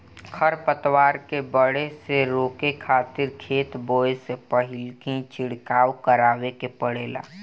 खर पतवार के बढ़े से रोके खातिर खेत बोए से पहिल ही छिड़काव करावे के पड़ेला